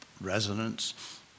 resonance